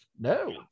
No